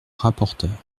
rapporteur